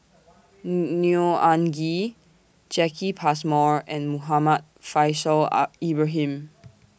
Neo Anngee Jacki Passmore and Muhammad Faishal up Ibrahim